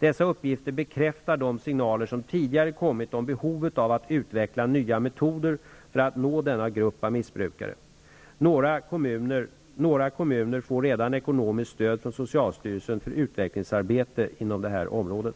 Dessa uppgifter bekräftar de signaler som tidigare kommit om behovet av att utveckla nya metoder för att nå denna grupp av missbrukare. Några kommuner får redan ekonomiskt stöd från socialstyrelsen för utvecklingsarbete inom detta område.